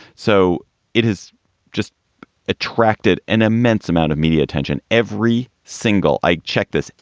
so it has just attracted an immense amount of media attention. every single i check this,